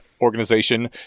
organization